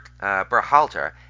Berhalter